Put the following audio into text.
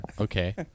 Okay